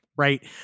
Right